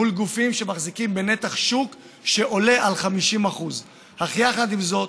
בגופים שמחזיקים בנתח שוק שעולה על 50%. יחד עם זאת,